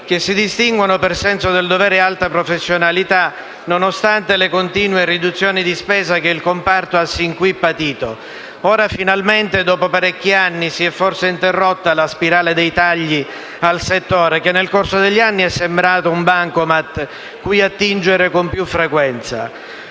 che si distinguono per senso del dovere e alta professionalità, nonostante le continue riduzioni di spesa che il comparto ha sin qui patito. Ora finalmente, dopo parecchi anni, si è forse interrotta la spirale dei tagli al settore difesa che, nel corso degli anni, è sembrato un bancomat cui attingere con più frequenza.